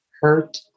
hurt